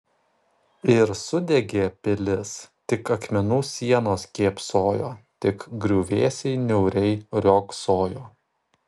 ir sudegė pilis tik akmenų sienos kėpsojo tik griuvėsiai niauriai riogsojo